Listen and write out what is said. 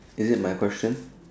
is it my question